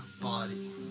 body